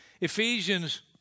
Ephesians